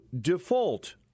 default